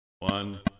One